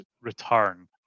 return